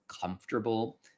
comfortable